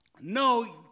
no